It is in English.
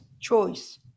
choice